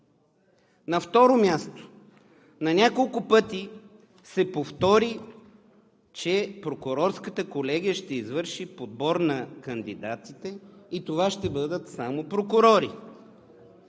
На второ място, на няколко пъти се повтори, че прокурорската колегия ще извърши подбор на кандидатите и че това ще бъдат само прокурори.